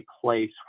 place